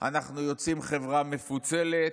אנחנו יוצאים חברה מפוצלת,